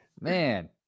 Man